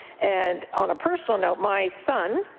and on a personal note, my son